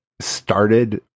started